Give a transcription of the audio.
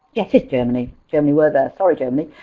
yes, germany. germany were there. sorry germany.